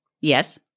Yes